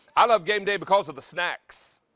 i love game day because of the snacks,